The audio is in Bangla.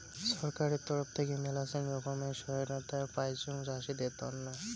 ছরকারের তরফ থাকি মেলাছেন রকমের সহায়তায় পাইচুং চাষীদের তন্ন